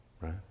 right